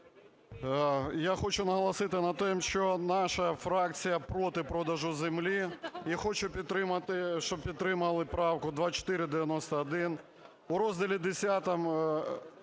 Я хочу наголосити на тому, що наша фракція – проти продажу землі. І хочу підтримати... щоб підтримали правку 2491: У Розділі X